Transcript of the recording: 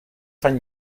fan